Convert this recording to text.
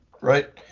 right